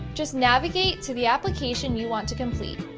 just navigate to the application you want to complete.